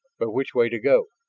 but which way to go?